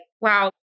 wow